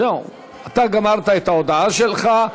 זהו, אתה גמרת את ההודעה שלך.